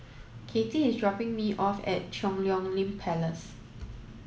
Katy is dropping me off at Cheang Hong Lim Place